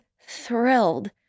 thrilled